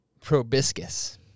proboscis